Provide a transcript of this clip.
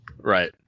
right